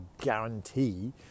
guarantee